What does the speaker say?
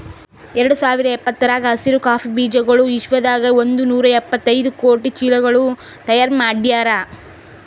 ಎರಡು ಸಾವಿರ ಇಪ್ಪತ್ತರಾಗ ಹಸಿರು ಕಾಫಿ ಬೀಜಗೊಳ್ ವಿಶ್ವದಾಗೆ ಒಂದ್ ನೂರಾ ಎಪ್ಪತ್ತೈದು ಕೋಟಿ ಚೀಲಗೊಳ್ ತೈಯಾರ್ ಮಾಡ್ಯಾರ್